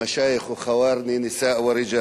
ברוכים הבאים, שיח'ים, אחים, נשים וגברים.)